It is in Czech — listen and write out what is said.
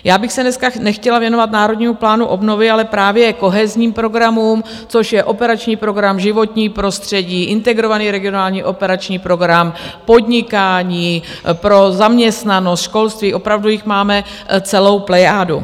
Já bych se dneska nechtěla věnovat Národnímu plánu obnovy, ale právě kohenzním programům, což je Operační program životní prostředí, Integrovaný regionální operační program, podnikání, pro zaměstnanost, školství opravdu jich máme celou plejádu.